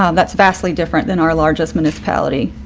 um that's vastly different than our largest municipality,